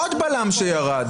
עוד בלם שירד.